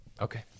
Okay